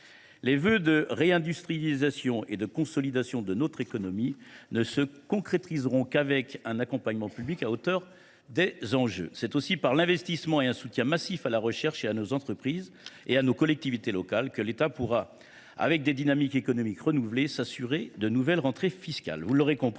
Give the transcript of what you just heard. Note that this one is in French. Les vœux de réindustrialisation et de consolidation de notre économie ne se concrétiseront qu’avec un accompagnement public à hauteur des enjeux. C’est aussi par l’investissement et un soutien massif à la recherche, à nos entreprises et à nos collectivités locales que l’État pourra, grâce à des dynamiques économiques renouvelées, s’assurer de nouvelles rentrées fiscales. Vous l’aurez compris,